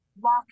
walk